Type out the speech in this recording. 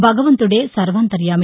భగవంతుదే సర్వాంతర్యామి